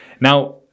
Now